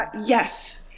Yes